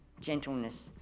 gentleness